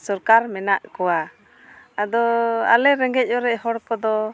ᱥᱚᱨᱠᱟᱨ ᱢᱮᱱᱟᱜ ᱠᱚᱣᱟ ᱟᱫᱚ ᱟᱞᱮ ᱨᱮᱸᱜᱮᱡᱼᱚᱨᱮᱡ ᱦᱚᱲ ᱠᱚᱫᱚ